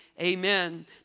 amen